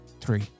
Three